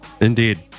Indeed